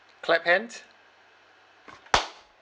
clap hands